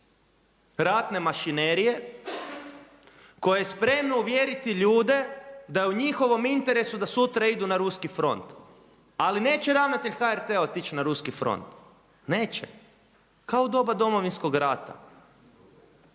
ratne mašinerije koje je spremno uvjeriti ljude da je u njihovom interesu da sutra idu na ruski front. Ali neće ravnatelj HRT-a otići na ruski front, neće, kao u doba domovinskog rata.